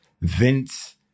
Vince